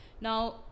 Now